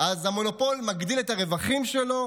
אז המונופול מגדיל את הרווחים שלו,